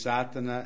Satan